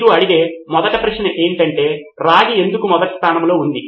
మీరు అడిగే మొదటి ప్రశ్న ఏమిటంటే రాగి ఎందుకు మొదటి స్థానంలో ఉంది